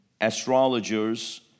astrologers